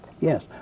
Yes